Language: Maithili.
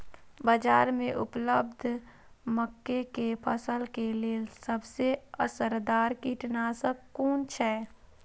बाज़ार में उपलब्ध मके के फसल के लेल सबसे असरदार कीटनाशक कुन छै?